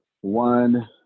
One